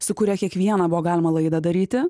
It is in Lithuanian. su kuria kiekvieną buvo galima laidą daryti